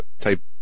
type